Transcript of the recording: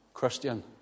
Christian